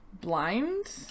Blind